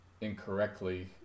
incorrectly